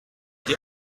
die